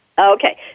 Okay